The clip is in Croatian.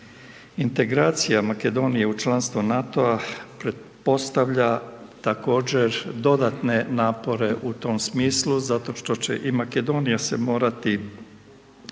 Integracija Makedonije u članstvo NATO-a pretpostavlja također dodatne napore u tom smislu zato što će i Makedonija se morati